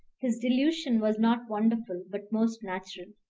his delusion was not wonderful, but most natural.